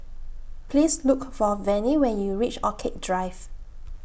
Please Look For Vennie when YOU REACH Orchid Drive